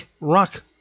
rock